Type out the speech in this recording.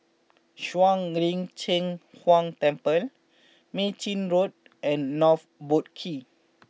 Shuang Lin Cheng Huang Temple Mei Chin Road and North Boat Quay